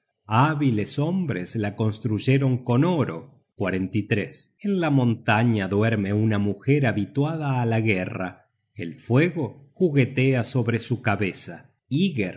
hábiles hombres la construyeron con oro en la montaña duerme una mujer habituada á la guerra el fuego juguetea sobre su cabeza